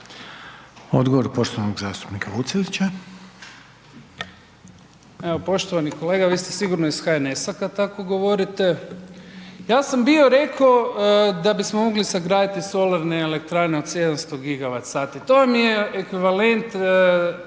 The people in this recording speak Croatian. Odgovor poštovanog zastupnika Đujića.